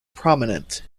prominent